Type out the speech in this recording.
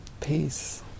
peace